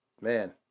Man